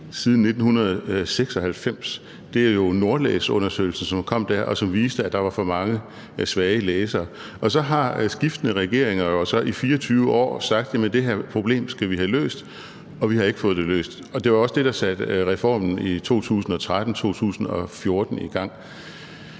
siden 1996, er jo Nordlæsundersøgelsen, som kom der, og som viste, at der var for mange svage læsere. Så har skiftende regeringer jo så i 24 år sagt, at det her problem skal vi have løst. Men vi har ikke fået det løst. Det var også det, der satte reformen i 2013-14 i gang.